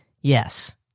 Yes